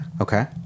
Okay